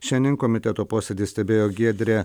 šiandien komiteto posėdį stebėjo giedrė